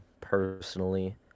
personally